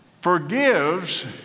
forgives